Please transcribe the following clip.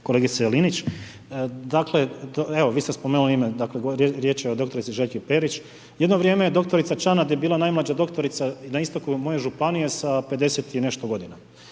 kolegice Linić. Dakle, vi ste spomenuli ime, riječ je o doktorici Željki Perić, jedno vrijeme je doktorica Čanad je bila najmlađa doktorica na istoku moje županije sa 50 i nešto godina.